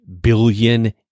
billion